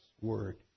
word